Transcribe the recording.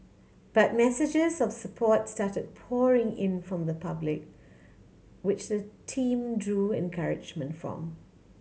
but messages of support started pouring in from the public which the team drew encouragement from